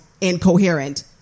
incoherent